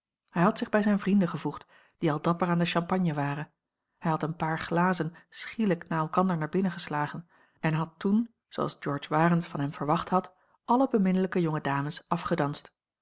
hij had zich bij zijne vrienden gevoegd die al dapper aan de champagne waren hij had een paar glazen schielijk na elkander naar binnen geslagen en had toen zooals george warens van hem verwacht had alle beminnelijke jonge dames afgedanst